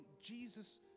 Jesus